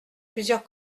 plusieurs